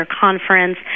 conference